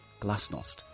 Glasnost